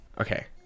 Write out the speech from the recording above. Okay